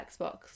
Xbox